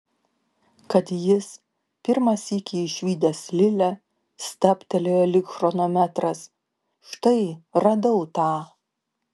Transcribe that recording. kad jis pirmą sykį išvydęs lilę stabtelėjo lyg chronometras štai radau tą